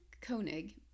Koenig